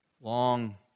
long